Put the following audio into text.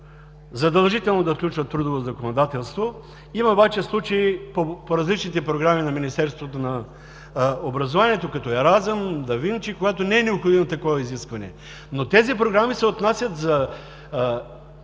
задължително да включват трудово законодателство. Има обаче случаи по различните програми на Министерството на образованието като: „Еразъм“, „Да Винчи“, когато не е необходимо такова изискване. Тези програми се отнасят за